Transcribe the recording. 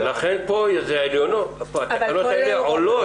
התקנות האלה עולות